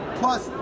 plus